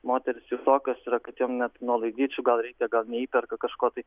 moterys visokios yra kad jom net nuolaidyčių gal reikia gal neįperka kažkotai